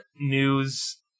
news